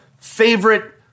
favorite